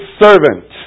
servant